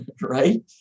right